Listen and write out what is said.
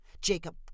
Jacob